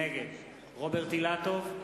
נגד רוברט אילטוב,